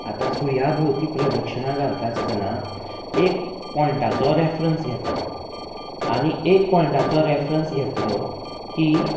आतां सुर्या भोंवती प्रदक्षिणां घालता आसतना एक पॉयंटाचो रेफरन्स घेतात आनी एक पॉयंटाचो रेफरन्स घेतलो की